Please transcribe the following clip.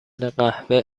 قوه